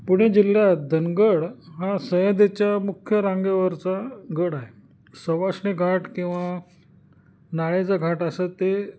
पुणे जिल्ह्यात धनगड हा सह्याद्रीच्या मुख्य रांगेवरचा गड आहे सवाष्णी घाट किंवा नाळेचं घाट असं ते